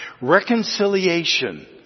Reconciliation